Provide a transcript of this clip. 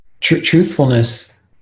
truthfulness